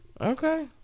Okay